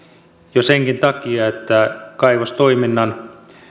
jo senkin takia että kaivostoiminnan